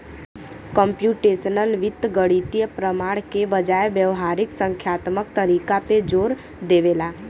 computational वित्त गणितीय प्रमाण के बजाय व्यावहारिक संख्यात्मक तरीका पे जोर देवला